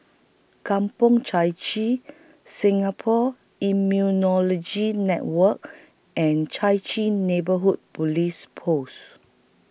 Kampong Chai Chee Singapore Immunology Network and Chai Chee Neighbourhood Police Post